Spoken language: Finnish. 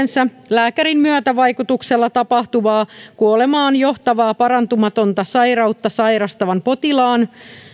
lääkärin myötävaikutuksella tapahtuvaa kuolemaan johtavaa parantumatonta sairautta sairastavan potilaan